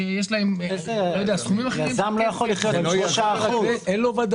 שיש להם לא יודע סכומים אחרים, מה זה יזם?